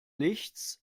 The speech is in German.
nichts